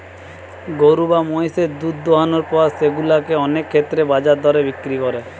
গরু বা মহিষের দুধ দোহানোর পর সেগুলা কে অনেক ক্ষেত্রেই বাজার দরে বিক্রি করে